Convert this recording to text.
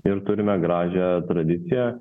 ir turime gražią tradiciją